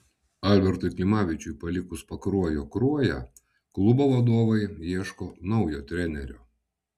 albertui klimavičiui palikus pakruojo kruoją klubo vadovai ieško naujo trenerio